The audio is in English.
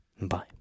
Bye